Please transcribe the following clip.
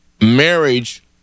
marriage